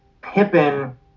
Pippin